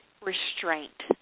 restraint